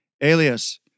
Alias